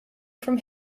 from